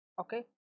Okay